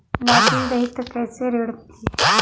नौकरी रही त कैसे ऋण मिली?